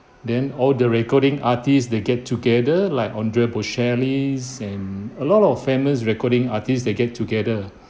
then all the recording artists they get together like andre bocelli and a lot of famous recording artists they get together